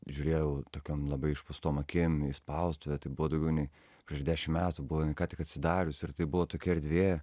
žiūrėjo tokiom labai išpūstom akim į spaustuvę tai buvo daugiau nei prieš dešim metų buvo jinai ką tik atsidarius ir tai buvo tokia erdvė